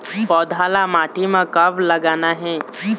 पौधा ला माटी म कब लगाना हे?